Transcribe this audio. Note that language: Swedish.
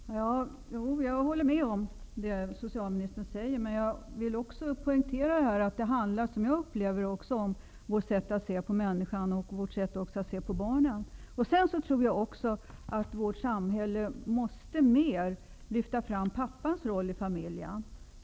Herr talman! Jag håller med om det socialministern säger, men jag vill också poängtera att det också handlar om, som jag upplever det, vårt sätt att se på människan över huvud taget och på barnet. Sedan tror jag att vårt samhälle mera måste lyfta fram pappans roll.